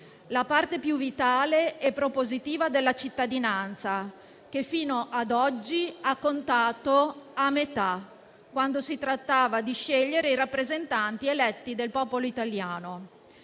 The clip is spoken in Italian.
la parte più vitale e propositiva della cittadinanza, che fino ad oggi ha contato a metà, quando si trattava di scegliere i rappresentanti eletti del popolo italiano.